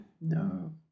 no